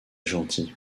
gentil